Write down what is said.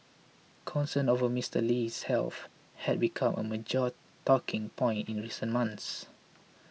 concerns over Mister Lee's health had become a major talking point in recent months